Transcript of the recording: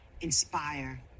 inspire